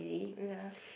ya